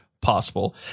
possible